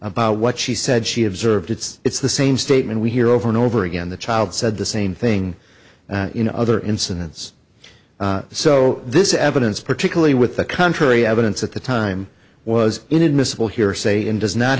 about what she said she observed it's the same statement we hear over and over again the child said the same thing that you know other incidents so this evidence particularly with the contrary evidence at the time was inadmissible hearsay and does not